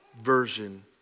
version